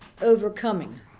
overcoming